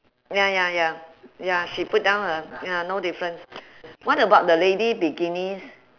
ya ya ya ya she put down her ya no difference what about the lady bikinis